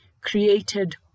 created